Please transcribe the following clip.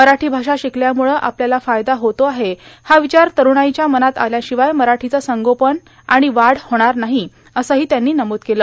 मराठी भाषा शिकल्यामुळं आपल्याला फायदा होतो आहे हा र्विचार तरुणाईच्या मनात आल्यार्शवाय मराठीचं संगोपन आर्माण वाढ होणार नाहो असंहो त्यांनी नमूद केलं